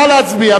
נא להצביע,